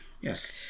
Yes